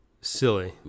Silly